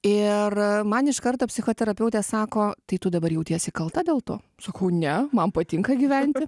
ir man iš karto psichoterapeutė sako tai tu dabar jautiesi kalta dėl to sakau ne man patinka gyventi